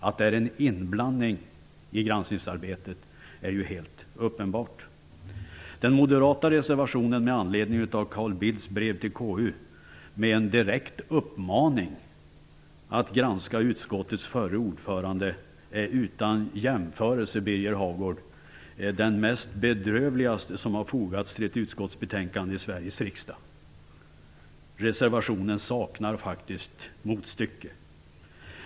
Att det är en inblandning i granskningsarbetet är ju helt uppenbart. Carl Bildts brev till KU, med en direkt uppmaning att granska utskottets förre ordförande, är utan jämförelse den mest bedrövliga som har fogats till ett utskottsbetänkande i Sveriges riksdag. Reservationen saknar faktiskt motstycke.